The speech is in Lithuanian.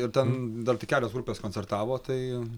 ir ten dar tik kelios grupės koncertavo tai